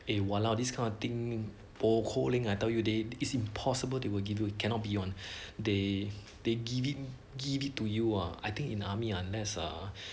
eh !walao! this kind of thing bo ko leng I tell you they is impossible they will give you cannot be one they they give in give it to you are I think in army unless ah